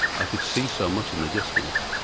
i could see so much in the distance.